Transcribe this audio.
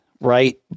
right